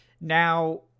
Now